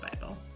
Bible